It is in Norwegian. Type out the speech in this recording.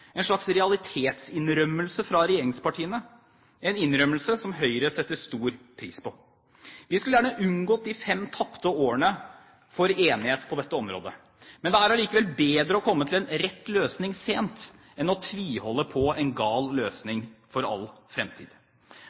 en slags realitetsinnrømmelse fra regjeringspartiene, en innrømmelse som Høyre setter stor pris på. Vi skulle gjerne unngått de fem tapte årene for enighet på dette området. Men det er allikevel bedre å komme til en rett løsning sent enn å tviholde på en gal løsning for all fremtid,